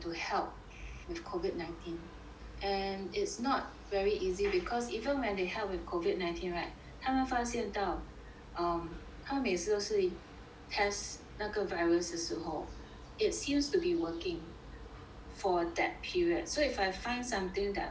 with COVID nineteen and it's not very easy because even when they help with COVID nineteen right 他们发现到 um 她每次都是 test 那个 virus 的时候 it seems to be working for that period so if I find something that works